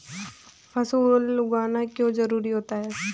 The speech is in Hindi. फसल उगाना क्यों जरूरी होता है?